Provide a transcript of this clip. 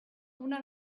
una